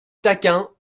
tachkent